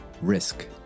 Risk